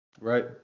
right